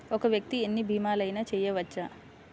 ఒక్క వ్యక్తి ఎన్ని భీమలయినా చేయవచ్చా?